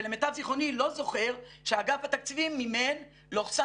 ולמיטב זכרוני לא זוכר שאגף התקציבים מימן/השתלט/הלך